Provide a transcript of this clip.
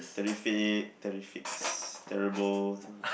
terrific terrifics terrible